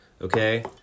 okay